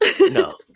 no